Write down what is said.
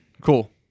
cool